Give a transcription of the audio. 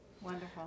Wonderful